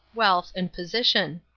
wealth and position.